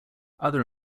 other